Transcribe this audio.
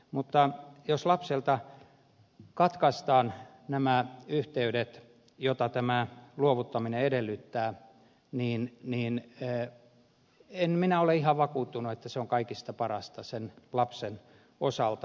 mutta jos lapselta katkaistaan nämä yh teydet joita tämä luovuttaminen edellyttää niin en minä ole ihan vakuuttunut että se on kaikista parasta sen lapsen osalta